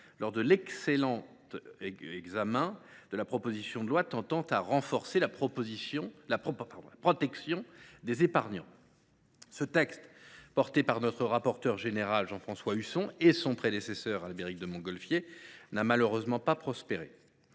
voté l’excellente proposition de loi tendant à renforcer la protection des épargnants. Ce texte, déposé par notre rapporteur général, Jean François Husson, et par son prédécesseur, Albéric de Montgolfier, n’a malheureusement pas prospéré.